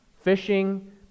Fishing